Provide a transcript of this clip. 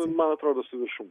man atrodo su viršum